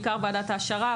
בעיקר בוועדת העשרה,